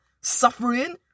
suffering